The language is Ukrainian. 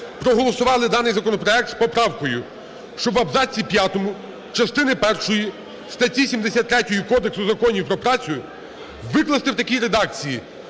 проголосували даний законопроект з поправкою, щоб в абзаці п'ятому частини першої статті 73 Кодексу законів про працю викласти в такій редакції: